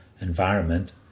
environment